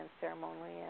ceremonially